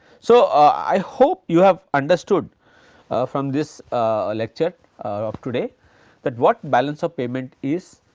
so, i hope you have understood from this lecture of today that what balance of payment is,